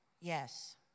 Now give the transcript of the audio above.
Yes